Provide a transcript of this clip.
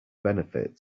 benefit